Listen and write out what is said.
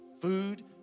food